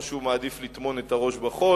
או שהוא מעדיף לטמון את הראש בחול,